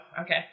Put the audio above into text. okay